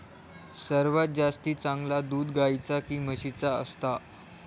सर्वात जास्ती चांगला दूध गाईचा की म्हशीचा असता?